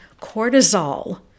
cortisol